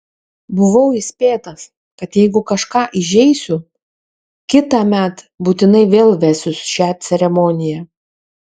buvau įspėtas kad jeigu kažką įžeisiu kitąmet būtinai vėl vesiu šią ceremoniją